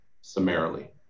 summarily